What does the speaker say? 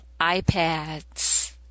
iPads